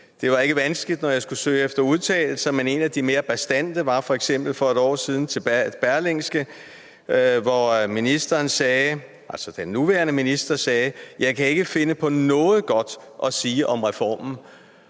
det var ikke vanskeligt, da jeg skulle søge efter udtalelser. Men en af de mere bastante var f.eks. for et år siden i Berlingske, hvor den nuværende minister sagde: Jeg kan ikke finde på noget godt at sige om reformen.